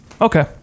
Okay